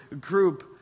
group